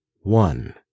one